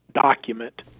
document